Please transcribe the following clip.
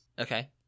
Okay